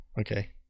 Okay